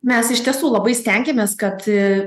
mes iš tiesų labai stengiamės kad